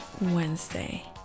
Wednesday